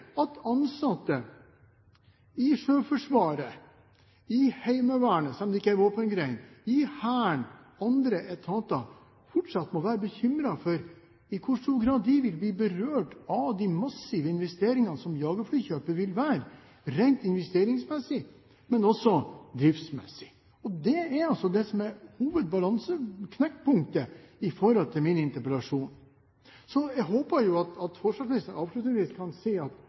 at ansatte i Sjøforsvaret, og i Heimevernet, selv om det ikke er en våpengren, og i Hæren, og i andre etater fortsatt må være bekymret for i hvor stor grad de vil bli berørt av de massive investeringene som jagerflykjøpet vil være, rent investeringsmessig, men også driftsmessig? Det er altså det som er hovedbalansen – knekkpunktet – når det gjelder min interpellasjon. Så jeg håper at forsvarsministeren avslutningsvis kan si: